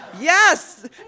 Yes